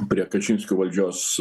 prie kačinskių valdžios